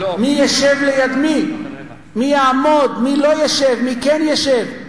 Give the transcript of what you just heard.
מי ישב ליד מי, מי יעמוד, מי לא ישב, מי כן ישב,